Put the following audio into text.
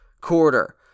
quarter